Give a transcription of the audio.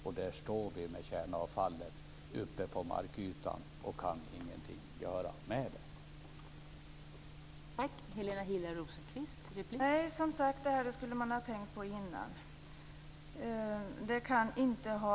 Då står vi med kärnavfallet uppe på markytan och kan ingenting göra med det.